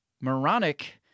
moronic